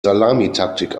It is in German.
salamitaktik